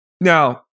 Now